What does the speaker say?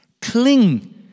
Cling